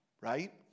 right